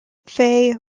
fay